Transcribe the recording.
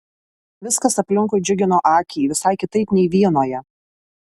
viskas aplinkui džiugino akį visai kitaip nei vienoje